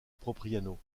propriano